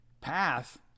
path